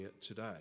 today